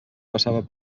passava